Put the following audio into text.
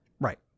Right